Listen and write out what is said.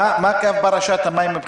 מה קו פרשת המים?